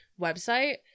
website